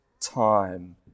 time